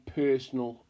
personal